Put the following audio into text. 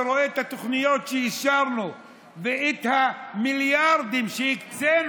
ורואה את התוכניות שאישרנו ואת המיליארדים שהקצינו